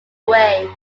way